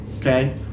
Okay